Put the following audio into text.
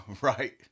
right